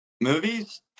Movies